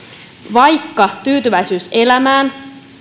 vaikka tyytyväisyydessä elämään